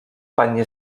pannie